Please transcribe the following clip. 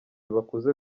bakuze